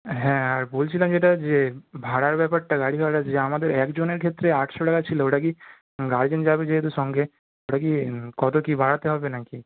হ্যাঁ আর বলছিলাম যেটা যে ভাড়ার ব্যাপারটা গাড়ি ভাড়া যে আমাদের একজনের ক্ষেত্রে আটশো টাকা ছিল ওইটা কী গার্জেন যাবে যেহেতু সঙ্গে ওইটা কি কত কী বাড়াতে হবে নাকি